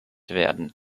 werden